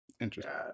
Interesting